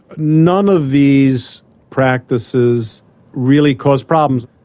none of these practices really caused problems.